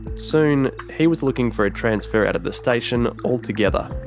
soon he was looking for a transfer out of the station altogether.